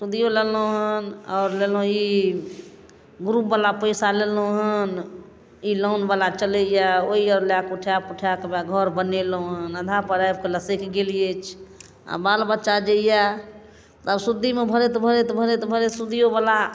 सूदियो लेलहुँ आओर लेलहुँ ई ग्रुपवला पैसा लेलहुँ हँ ई लोनवला चलैये ओइलए उठै पुठैके हौवे घर बनेलहुँ हँ अधापर आबिके लसकि गेल अछि आओर बाल बच्चा जे दैय तऽ सूदियेमे भरैत भरैत भरैत भरैत सूदियोवला